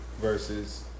Versus